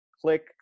click